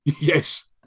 yes